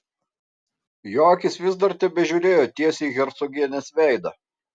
jo akys vis dar tebežiūrėjo tiesiai į hercogienės veidą